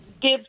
give